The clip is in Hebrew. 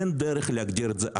אין דרך להגדיר את זה אחרת,